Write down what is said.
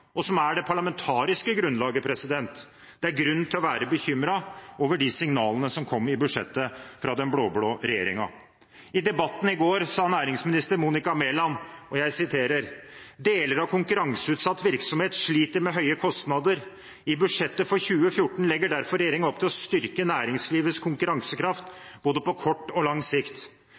og som er det parlamentariske grunnlaget. Det er grunn til å være bekymret over de signalene som kommer i budsjettet fra den blå-blå regjeringen. I debatten i går sa næringsminister Monica Mæland at «deler av konkurranseutsatt virksomhet sliter med høye kostnader. I budsjettet for 2014 legger derfor regjeringen opp til å styrke næringslivets konkurransekraft både på kort og lang sikt.»